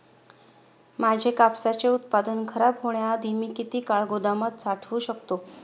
माझे कापसाचे उत्पादन खराब होण्याआधी मी किती काळ गोदामात साठवू शकतो?